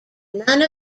none